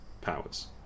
powers